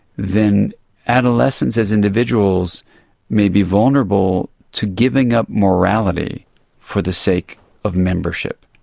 then adolescents as individuals may be vulnerable to giving up morality for the sake of membership,